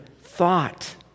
thought